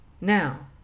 Now